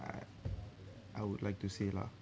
I I would like to say lah